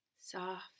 Soft